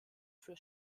für